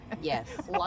Yes